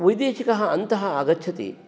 वैदेशिकः अन्तः आगच्छति